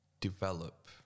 develop